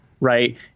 Right